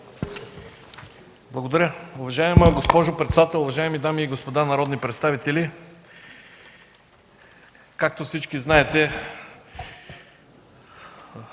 Благодаря